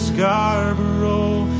Scarborough